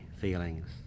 feelings